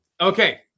Okay